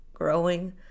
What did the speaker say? growing